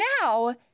now